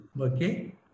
okay